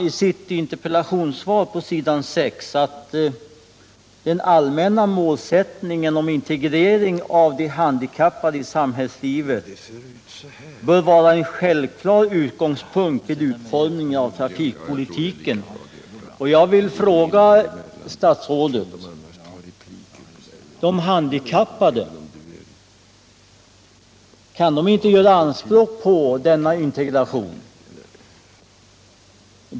I sitt interpellationssvar säger han att ”den allmänna målsättningen om integrering av de handikappade i samhällslivet bör vara en självklar utgångspunkt vid utformningen av trafikpolitiken”. Jag vill fråga statsrådet om inte också de handikappade kan göra anspråk på denna integrering.